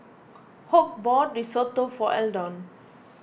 Hoke bought Risotto for Eldon